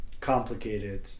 complicated